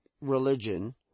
religion